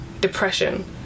depression